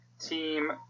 team